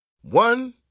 One